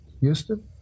Houston